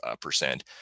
percent